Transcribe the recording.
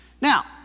Now